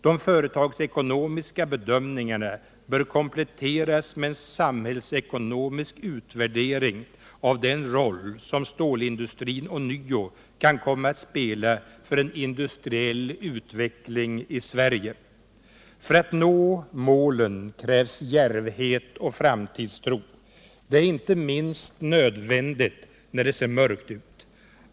De företagsekonomiska bedömningarna bör kompletteras med en samhällsekonomisk utvärdering av den roll som stålindustrin ånyo kan komma att spela för en industriell utveckling i Sverige. För att nå målen krävs djärvhet och framtidstro — det är inte minst nödvändigt när det ser mörkt ut.